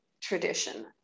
tradition